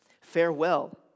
Farewell